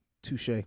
Touche